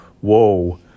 whoa